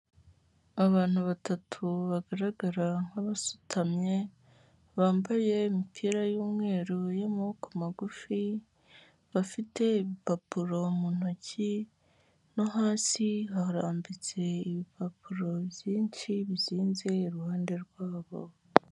Abantu batatu bagaragara nk'abasutamye, bambaye imipira y'umweru y'amaboko magufi bafite ibipapuro mu ntoki no hasi harambitse ibipapuro byinshi bizinze iruhande rwabo.